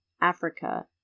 Africa